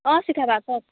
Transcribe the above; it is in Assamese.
অ' শিখা বা কওক